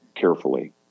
carefully